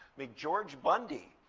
mcgeorge bundy,